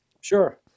Sure